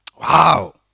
Wow